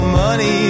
money